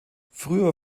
früher